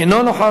אינו נוכח.